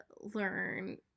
learn